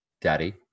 daddy